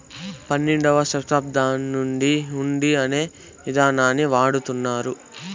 పన్నెండవ శతాబ్దం నుండి హుండీ అనే ఇదానాన్ని వాడుతున్నారు